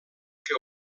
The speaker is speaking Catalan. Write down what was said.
que